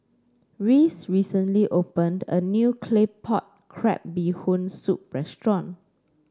Reese recently opened a new Claypot Crab Bee Hoon Soup restaurant